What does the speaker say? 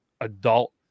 adult